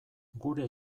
gure